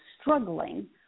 struggling